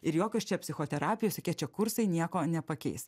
ir jokios čia psichoterapijos ir jokie čia kursai nieko nepakeis